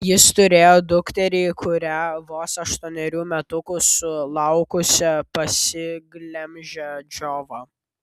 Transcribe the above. jis turėjo dukterį kurią vos aštuonerių metukų sulaukusią pasiglemžė džiova